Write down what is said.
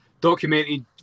documented